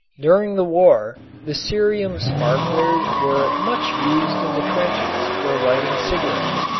during the war the cerium sparklers were much used in the trenches for lighting cigarettes,